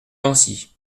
lancy